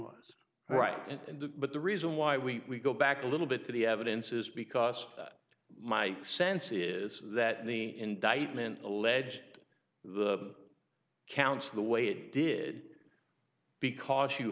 the but the reason why we go back a little bit to the evidence is because my sense is that the indictment alleged the counts the way it did because you